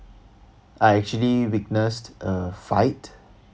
I actually witnessed a fight